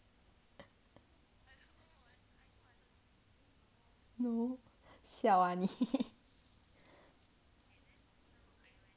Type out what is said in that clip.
no siao ah 你